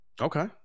okay